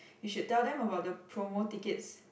you should tell them about the promo tickets